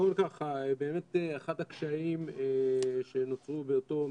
בעיקרון ככה באמת אחד הקשיים שנוצרו באותו מכרז,